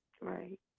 Right